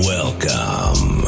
Welcome